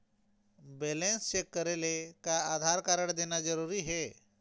Balance check करेले का Aadhaar card देना जरूरी हे?